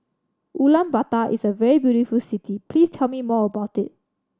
Ulaanbaatar is a very beautiful city please tell me more about it